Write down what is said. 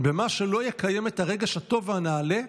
במה שלא יקיים את הרגש הטוב והנעלה,